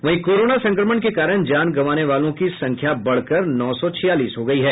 वहीं कोरोना संक्रमण के कारण जान गंवाने वालों की संख्या बढ़कर नौ सौ छियालीस हो गयी है